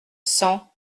cent